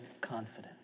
confident